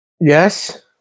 Yes